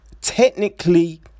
Technically